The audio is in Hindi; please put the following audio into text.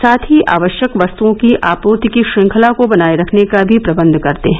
साथ ही आवश्यक वस्तुओं की आपूर्ति की श्रृंखला को बनाये रखने का भी प्रबंध करते हैं